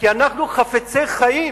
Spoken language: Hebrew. כי אנחנו חפצי חיים.